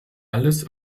alles